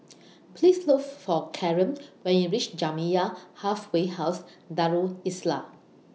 Please Look For Kaaren when YOU REACH Jamiyah Halfway House Darul Islah